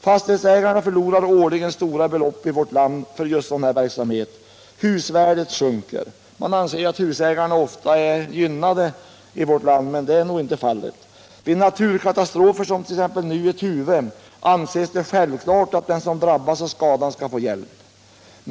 Fastighetsägarna förlorar årligen stora belopp på grund av den här verksamheten. Husvärdena sjunker. Husägarna i vårt land anses ofta vara gynnade, men det är nog inte fallet. Vid naturkatastrofer som exempelvis den aktuella i Tuve anses det självklart att den som drabbas av skadan skall få hjälp.